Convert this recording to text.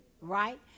right